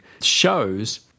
shows